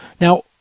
Now